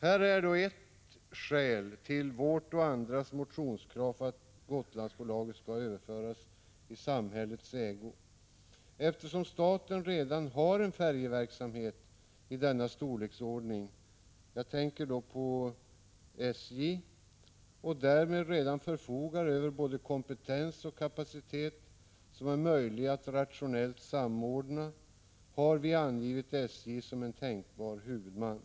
Här är ett skäl till vårt och andras motionskrav på att Gotlandsbolaget skall överföras i samhällets ägo. Eftersom staten redan har en färjeverksamhet i denna storleksordning — jag tänker på SJ — och därmed redan förfogar över både kompetens och kapacitet, som är möjliga att rationellt samordna, har vi angivit SJ som en tänkbar huvudman.